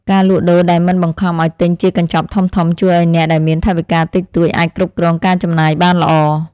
ការលក់ដូរដែលមិនបង្ខំឱ្យទិញជាកញ្ចប់ធំៗជួយឱ្យអ្នកដែលមានថវិកាតិចតួចអាចគ្រប់គ្រងការចំណាយបានល្អ។